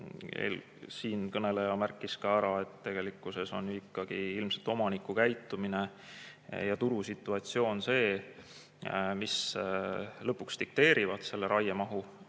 siinkõneleja märkis ka ära, et tegelikkuses on ilmselt ikkagi omaniku käitumine ja turusituatsioon see, mis lõpuks dikteerivad selle raiemahu.